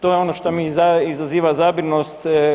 To je ono što mi izaziva zabrinutost.